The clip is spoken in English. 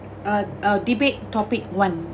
uh uh debate topic one